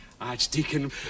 archdeacon